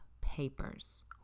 papers